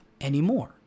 anymore